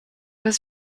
was